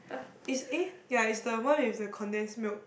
is eh ya is the one with the condensed milk